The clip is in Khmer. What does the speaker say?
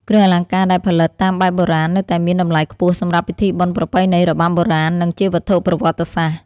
គ្រឿងអលង្ការដែលផលិតតាមបែបបុរាណនៅតែមានតម្លៃខ្ពស់សម្រាប់ពិធីបុណ្យប្រពៃណី របាំបុរាណ និងជាវត្ថុប្រវត្តិសាស្ត្រ។